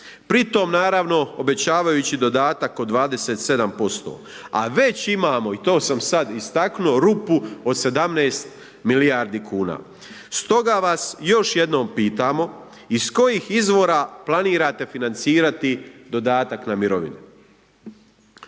pritom naravno obećavajući dodatak od 27% a već imamo, i to sam sad istaknuo, rupu od 17 milijardi kuna. Stoga vas još jednom pitamo, iz kojih izvora planirate financirati dodatak na mirovinu?